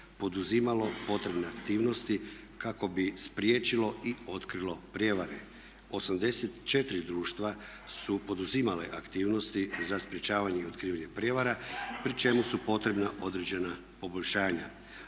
poduzimalo potrebne aktivnosti kako bi spriječilo i otkrilo prijevare. 84 društva su poduzimali aktivnosti za sprječavanje i otkrivanje prijevara pri čemu su potrebna određena poboljšanja,